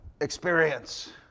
experience